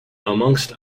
amongst